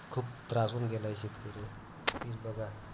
खूप त्रासून गेला आहे शेतकरी बघा